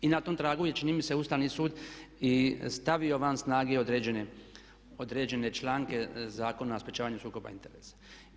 I na tom tragu je čini mi se Ustavni sud i stavio van snage određene članke Zakona o sprječavanju sukoba interesa.